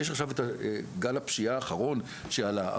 שיש עכשיו את גל הפשיעה האחרון שעלה,